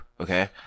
okay